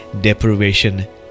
deprivation